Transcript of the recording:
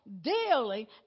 daily